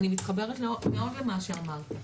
אני מתחברת מאוד למה שאמרת,